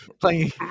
playing